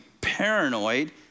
paranoid